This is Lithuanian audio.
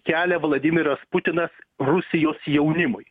kelia vladimiras putinas rusijos jaunimui